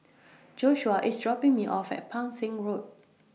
Joshua IS dropping Me off At Pang Seng Road